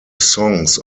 songs